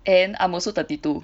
and I'm also thirty two